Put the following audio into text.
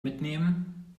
mitnehmen